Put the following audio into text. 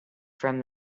from